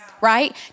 right